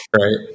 right